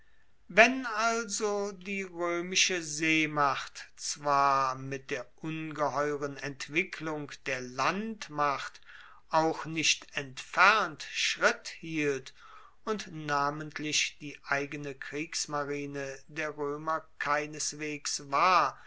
wenn also die roemische seemacht zwar mit der ungeheuren entwicklung der landmacht auch nicht entfernt schritt hielt und namentlich die eigene kriegsmarine der roemer keineswegs war